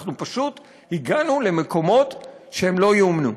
אנחנו פשוט הגענו למקומות שלא ייאמנו.